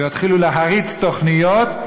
לא יתחילו להריץ תוכניות,